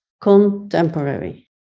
Contemporary